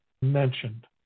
mentioned